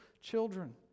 children